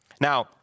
Now